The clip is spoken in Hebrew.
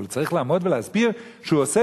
אבל הוא צריך לעמוד ולהסביר שהוא עושה